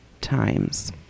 times